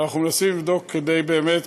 אנחנו מנסים לבדוק כדי באמת,